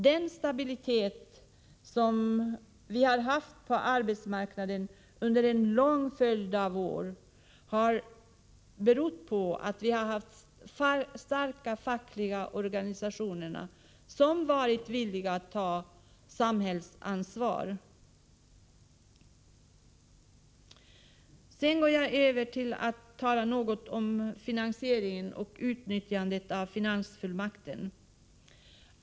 Den stabilitet på arbetsmarknaden som vi upplevt under en lång följd av år har sin grund i att vi haft starka fackliga organisationer som varit villiga att ta ett samhällsansvar. Så något om finansieringen genom utnyttjande av finansfullmakt.